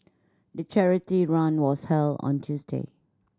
the charity run was held on Tuesday